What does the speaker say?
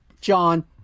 John